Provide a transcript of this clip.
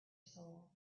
soul